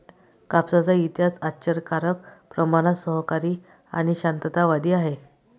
कापसाचा इतिहास आश्चर्यकारक प्रमाणात सहकारी आणि शांततावादी आहे